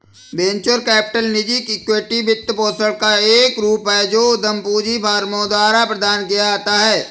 venture capital निजी equity वित्तपोषण का एक रूप है जो उद्यम पूंजी फर्मों द्वारा प्रदान किया जाता है